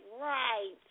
right